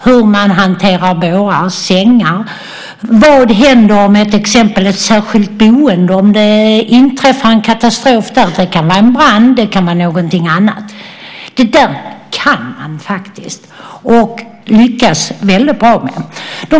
Hur hanterar man bårar och sängar? Vad händer om det inträffar en katastrof, en brand eller någonting annat, i exempelvis ett särskilt boende? Det där kan man faktiskt och lyckas väldigt bra med.